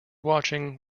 watching